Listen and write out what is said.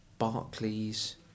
Barclays